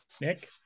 Nick